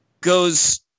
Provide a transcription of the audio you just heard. goes